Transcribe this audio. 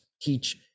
teach